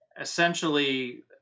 essentially